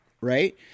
right